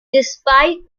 despite